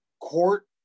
court